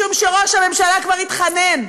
משום שראש הממשלה כבר התחנן,